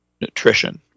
nutrition